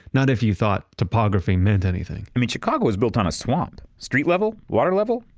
not if you thought topography meant anything i mean chicago was built on a swamp. street level? water level?